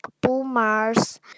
boomer's